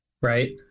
Right